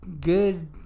good